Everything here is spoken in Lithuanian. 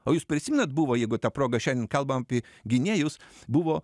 o jūs prisimenat buvo jeigu ta proga šiandien kalbam apie gynėjus buvo